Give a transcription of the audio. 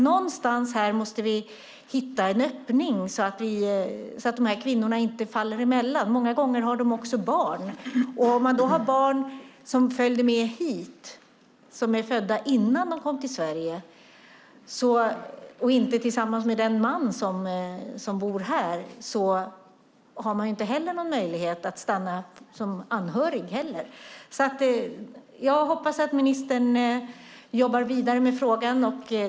Någonstans måste vi alltså hitta en öppning så att dessa kvinnor inte faller mellan stolarna. Många gånger har de dessutom barn, och om de har barn som fötts innan de kom till Sverige, och den man som bor här inte är fadern, har kvinnorna inte heller möjlighet att stanna som anhörig. Jag hoppas att ministern jobbar vidare med frågan.